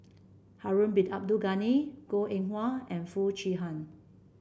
Harun Bin Abdul Ghani Goh Eng Wah and Foo Chee Han